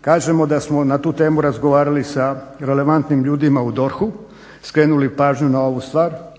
kažemo da smo na tu temu razgovarali sa relevantnim ljudima u DORH-u, skrenuli pažnju na ovu stvar